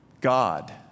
God